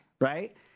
right